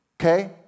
okay